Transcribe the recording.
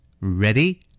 Ready